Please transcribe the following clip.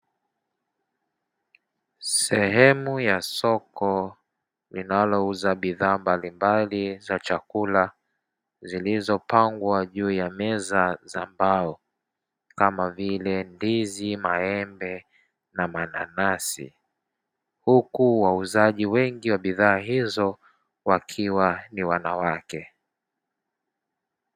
Sehemu ya soko linalouza bidhaa mbalimbali za chakula; zilizopangwa juu ya meza za mbao, kama vile: ndizi, maembe na mananasi; huku wauzaji wengi wa bidhaa hizo wakiwa ni wanawake.